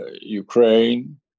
Ukraine